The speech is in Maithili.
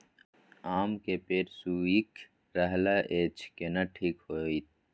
आम के पेड़ सुइख रहल एछ केना ठीक होतय?